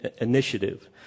initiative